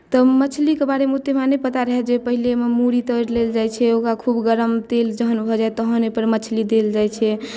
तऽ मछलीके बारेमे ओतेक हमरा नहि पता रहए जे पहिने ओहिमे मूड़ी तरि लेल जाइत छै ओकरा खूब गरम तेल जखन भऽ जाय तखन ओहिपर मछली देल जाइत छै